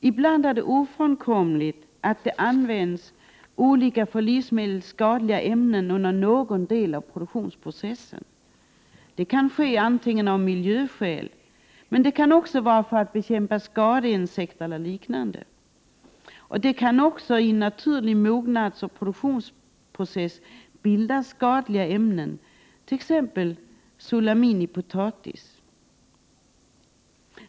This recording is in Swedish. Ibland är det ofrånkomligt att det används olika för livsmedel skadliga ämnen under någon del av produktionsprocessen. Det kan ske av miljöskäl men också för att bekämpa skadeinsekter eller liknande. Det kan också i en naturlig mognadseller produktionsprocess bildas skadliga ämnen, t.ex. solanin i potatis.